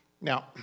Now